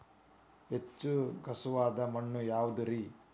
ಹೆಚ್ಚು ಖಸುವಾದ ಮಣ್ಣು ಯಾವುದು ರಿ?